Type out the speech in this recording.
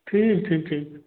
ठीक ठीक ठीक